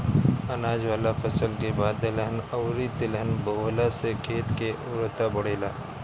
अनाज वाला फसल के बाद दलहन अउरी तिलहन बोअला से खेत के उर्वरता बढ़ेला